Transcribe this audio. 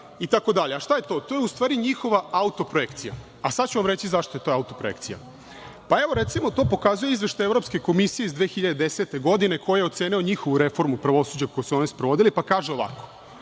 itd. Šta je to? To je, u stvari, njihova autoprojekcija. A sada ću vam reći zašto je to autoprojekcija. Recimo, to pokazuje izveštaj Evropske komisije iz 2010. godine, koji je ocenio njihovu reformu pravosuđa koju su oni sprovodili, pa kaže: